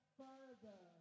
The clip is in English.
further